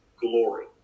glory